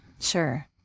Sure